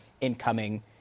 incoming